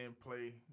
play